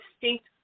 distinct